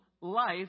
life